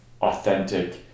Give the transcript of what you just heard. authentic